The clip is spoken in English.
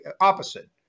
opposite